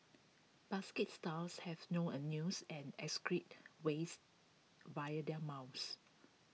basket stars have no anuses and excrete waste via their mouths